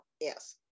Yes